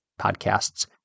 podcast's